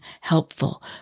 helpful